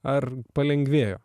ar palengvėjo